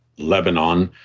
lebanon,